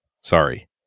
Sorry